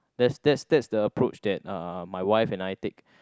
that's that's that's the approach that uh my wife and I take